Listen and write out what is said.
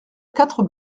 quatre